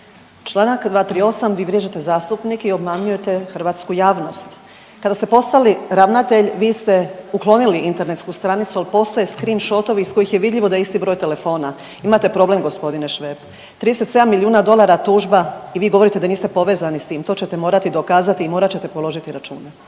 Čl. 238. vi vrijeđate zastupnike i obmanjujete hrvatsku javnost. Kada ste postali ravnatelj vi ste uklonili internetsku stranicu jer postoje screenshotovi iz kojih je vidljivo da je isti broj telefona. Imate problem g. Šveb, 37 milijuna dolara tužba i vi govorite da niste povezani s tim, to ćete morati dokazati i morat ćete položiti račune.